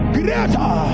greater